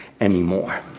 anymore